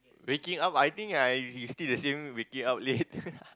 waking up I think I still the same waking up late